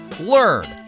learn